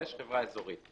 ויש חברה אזורית.